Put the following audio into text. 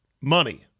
money